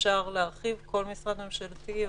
אפשר להרחיב "כל משרד ממשלתי",